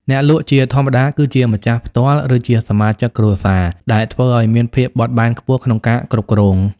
អ្នកលក់ជាធម្មតាគឺជាម្ចាស់ផ្ទាល់ ឬជាសមាជិកគ្រួសារ ដែលធ្វើឱ្យមានភាពបត់បែនខ្ពស់ក្នុងការគ្រប់គ្រង។